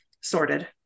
sorted